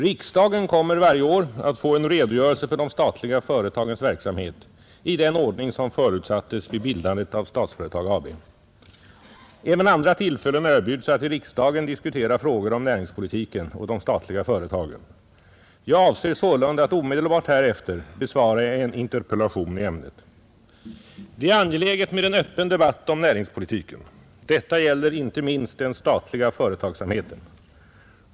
Riksdagen kommer varje år att få en redogörelse för de statliga företagens verksamhet i den ordning som förutsattes vid bildandet av Statsföretag AB . Även andra tillfällen erbjuds att i riksdagen diskutera frågor om näringspolitiken och de statliga företagen. Jag avser sålunda att omedelbart härefter besvara en interpellation i ämnet. Det är angeläget med en öppen debatt om näringspolitiken. Detta gäller inte minst den statliga företagsamheten.